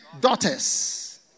daughters